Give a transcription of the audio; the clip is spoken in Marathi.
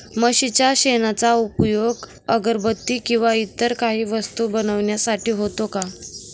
म्हशीच्या शेणाचा उपयोग अगरबत्ती किंवा इतर काही वस्तू बनविण्यासाठी होतो का?